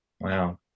Wow